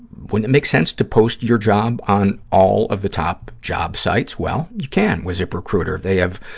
wouldn't make sense to post your job on all of the top job sites? well, you can with ziprecruiter. they have